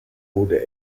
wurde